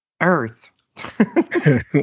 Earth